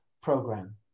program